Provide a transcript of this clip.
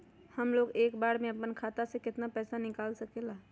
हमलोग एक बार में अपना खाता से केतना पैसा निकाल सकेला?